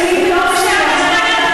אתם מתחילים דו-שיח.